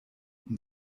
und